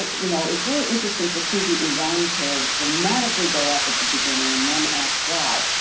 you know it was very interesting to see the iran curve dramatically go up at the beginning and one asked, why?